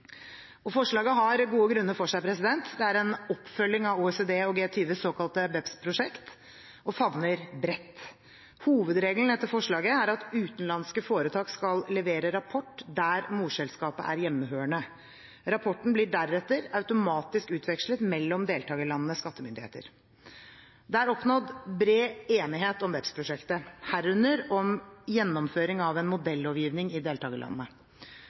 Forslaget har gode grunner for seg. Det er en oppfølging av OECD og G20-landenes såkalte BEPS-prosjekt og favner bredt. Hovedregelen i dette forslaget er at utenlandske foretak skal levere rapport der morselskapet er hjemmehørende. Rapporten blir deretter automatisk utvekslet mellom deltakerlandenes skattemyndigheter. Det er oppnådd bred enighet om BEPS-prosjektet, herunder om gjennomføring av en modellovgivning i